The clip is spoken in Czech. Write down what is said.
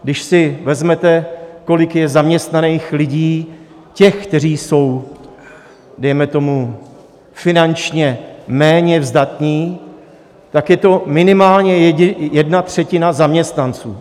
Když si vezmete, kolik je zaměstnaných lidí, těch, kteří jsou dejme tomu finančně méně zdatní, tak je to minimálně jedna třetina zaměstnanců.